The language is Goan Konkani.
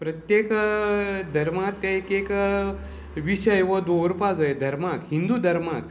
प्रत्येक धर्माक ते एक एक विशय हो दवरपाक जाय धर्माक हिंदू धर्माक